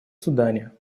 судане